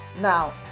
Now